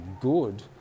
good